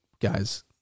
guys